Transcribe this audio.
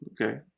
okay